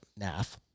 NAF